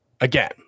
Again